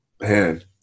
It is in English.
man